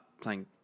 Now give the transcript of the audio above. playing